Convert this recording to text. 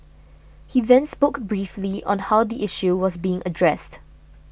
he then spoke briefly on how the issue was being addressed